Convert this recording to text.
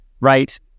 right